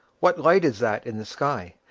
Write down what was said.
what light is that in the sky?